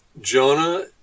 Jonah